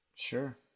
Sure